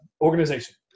organization